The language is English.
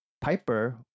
Piper